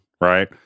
right